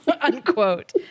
unquote